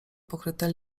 pokryte